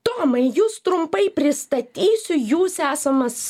tomai jus trumpai pristatysiu jūs esamas